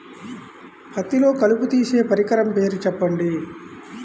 పత్తిలో కలుపు తీసే పరికరము పేరు చెప్పండి